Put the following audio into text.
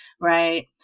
right